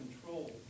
control